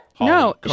No